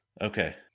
Okay